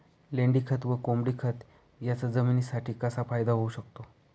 लेंडीखत व कोंबडीखत याचा जमिनीसाठी कसा फायदा होऊ शकतो?